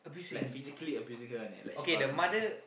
like physically abusing her and like she got